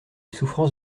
souffrance